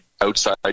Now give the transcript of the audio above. outside